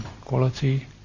quality